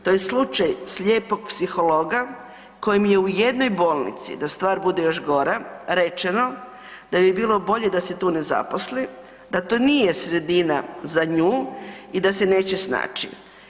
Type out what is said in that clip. To je slučaj slijepog psihologa kojem je u jednoj bolnici da stvar bude još gora, rečeno da bi bilo bolje da se tu ne zaposli, da to nije sredina za nju i da se neće snaći.